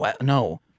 No